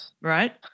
right